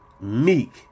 meek